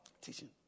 Teaching